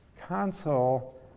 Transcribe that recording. console